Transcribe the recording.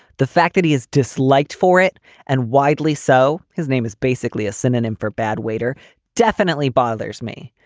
the fact that he is disliked for it and widely so his name is basically a synonym for bad waiter definitely bothers me.